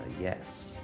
Yes